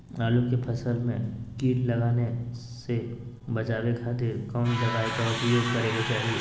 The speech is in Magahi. आलू के फसल में कीट लगने से बचावे खातिर कौन दवाई के उपयोग करे के चाही?